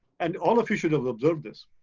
and all of you should have observed this.